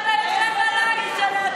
איך אתה ישן בלילה?